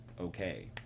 okay